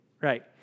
Right